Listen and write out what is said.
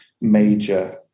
major